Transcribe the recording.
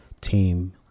team